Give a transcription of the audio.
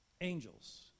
Angels